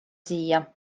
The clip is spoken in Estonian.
siia